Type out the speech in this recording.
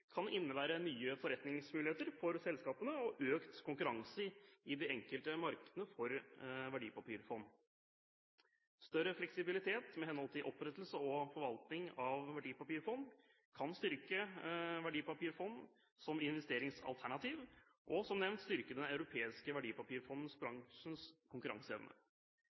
kan innebære nye forretningsmuligheter for selskapene og økt konkurranse i de enkelte markedene for verdipapirfond. Større fleksibilitet med hensyn til opprettelse og forvaltning av verdipapirfond kan styrke verdipapirfond som investeringsalternativ og som nevnt styrke den europeiske verdipapirfondbransjens konkurranseevne.